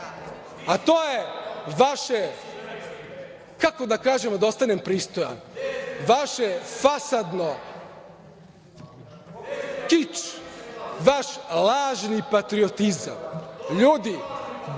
To je vaše, kako da kažem a da ostanem pristojan, vaše fasadno, kič, vaš lažni patriotizam. Ljudi,